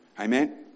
Amen